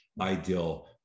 ideal